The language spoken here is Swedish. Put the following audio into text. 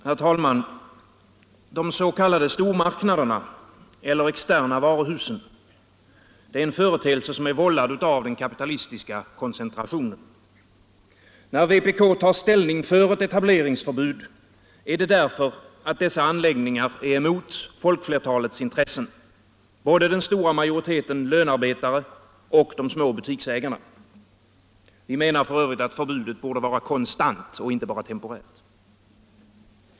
Herr talman! De s.k. stormarknaderna eller externa varuhusen är en företeelse som är vållad av den kapitalistiska koncentrationen. När vpk tar ställning för ett etableringsförbud är det därför att dessa anläggningar är emot folkflertalets intressen, både den stora majoriteten lönarbetares och de små butiksägarnas. Vi menar f. ö. att förbudet borde vara konstant och inte bara temporärt.